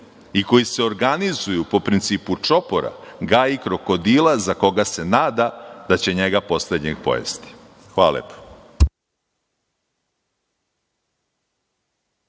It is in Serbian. i koji se organizuju po principu čopora, gaji krokodila za koga se nada da će njega poslednjeg pojesti“. Hvala, lepo.